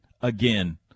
Again